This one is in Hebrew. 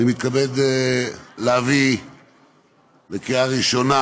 אני מתכבד להביא לקריאה ראשונה